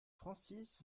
francis